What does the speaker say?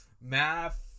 Math